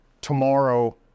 tomorrow